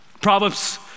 Proverbs